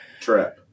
Trap